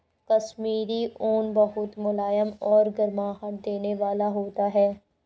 कश्मीरी ऊन बहुत मुलायम और गर्माहट देने वाला होता है